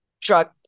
drug